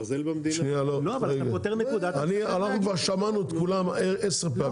אנחנו כבר שמענו את כולם עשר פעמים,